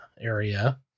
area